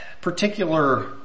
particular